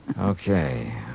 Okay